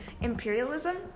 imperialism